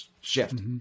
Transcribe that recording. shift